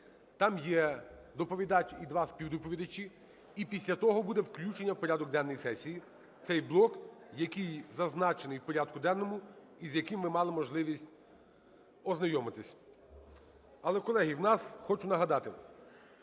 там є доповідач і два співдоповідачі, і після того буде включення в порядок денний сесії, цей блок, який зазначений в порядку денному і з яким ми мали можливість ознайомитися. Але, колеги, в нас, хочу нагадати,